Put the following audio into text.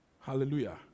Hallelujah